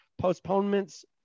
postponements